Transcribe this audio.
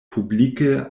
publike